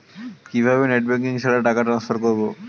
কিভাবে net banking ছাড়া টাকা টান্সফার করব?